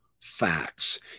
facts